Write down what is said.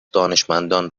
دانشمندان